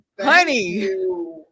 Honey